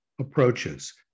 approaches